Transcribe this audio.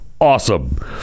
awesome